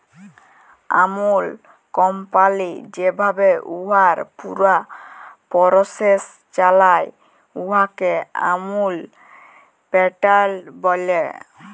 আমূল company যেভাবে উয়ার পুরা পরসেস চালায়, উয়াকে আমূল প্যাটার্ল ব্যলে